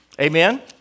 Amen